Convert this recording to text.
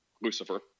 Lucifer